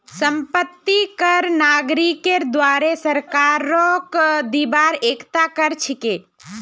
संपत्ति कर नागरिकेर द्वारे सरकारक दिबार एकता कर छिके